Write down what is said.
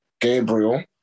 Gabriel